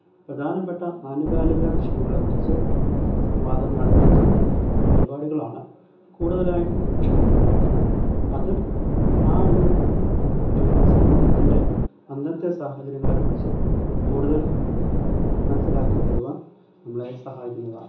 പ്രധാനപ്പെട്ട ആനുകാലിക വിഷയങ്ങളെക്കുറിച്ച് സംവാദം നടത്തുന്ന പരിപാടികളാണ് കൂടുതലായിട്ടും ഇഷ്ടമുള്ളത് അത് ആ ഒരു സമൂഹത്തിന്റെ അന്നത്തെ സാഹചര്യങ്ങളെക്കുറിച്ച് കൂടുതല് മനസ്സിലാക്കിത്തരുവാന് നമ്മളെ സഹായിക്കുന്നതാണ്